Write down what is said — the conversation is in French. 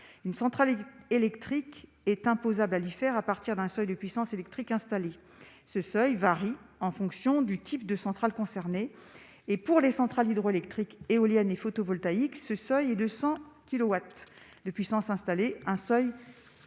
une centrale électrique est imposable à lui faire à partir d'un seuil de puissance électrique installée ce seuil varie en fonction du type de centrale concernées et pour les centrales hydroélectriques éoliennes et photovoltaïques, ce seuil est de 100 kilowatts de puissance installée un seuil, vous en